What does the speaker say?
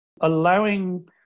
allowing